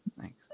Thanks